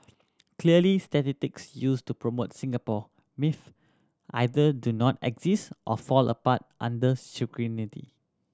clearly statistics used to promote Singapore myth either do not exist or fall apart under scrutiny